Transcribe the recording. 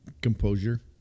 composure